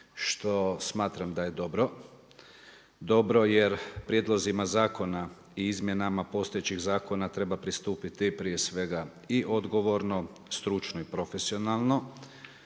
što smatram da je dobro. Dobro jer prijedlozima zakona i izmjenama postojećih zakona treba pristupiti prije svega i odgovorno, stručno i profesionalno.